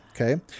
okay